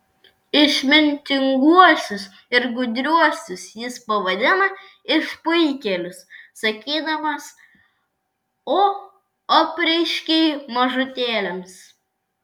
išmintinguosius ir gudriuosius jis pavadina išpuikėlius sakydamas o apreiškei mažutėliams